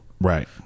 Right